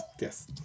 Yes